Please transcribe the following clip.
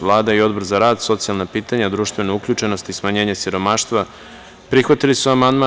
Vlada i Odbor za rad, socijalna pitanja, društvenu uključenost i smanjenje siromaštva prihvatili su amandman.